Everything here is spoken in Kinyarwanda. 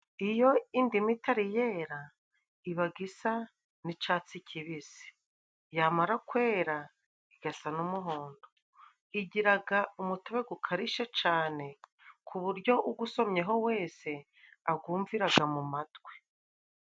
Iyo indimu itari yera, ibaga isa n'icatsi kibisi yamara kwera igasa n'umuhondo, igiraga umutobe gukarishe cane ku buryo ugusomyeho wese agumviraga mu matwi.